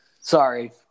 Sorry